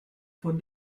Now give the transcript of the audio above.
von